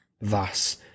thus